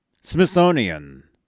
Smithsonian